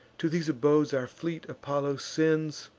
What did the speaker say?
to these abodes our fleet apollo sends